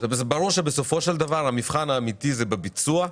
ברור שבסופו של דבר המבחן האמיתי הוא בביצוע.